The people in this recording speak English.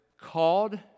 called